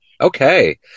Okay